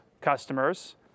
customers